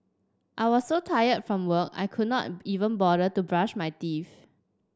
I was so tired from work I could not even bother to brush my teeth